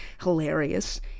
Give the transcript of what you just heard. hilarious